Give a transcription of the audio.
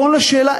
כל השאלה,